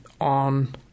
on